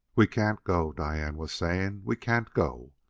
we can't go, diane was saying we can't go.